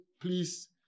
please